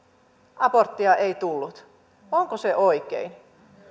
aborttia ei tullut onko se oikein